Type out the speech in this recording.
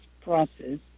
process